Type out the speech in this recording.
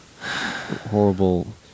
horrible